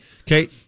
Okay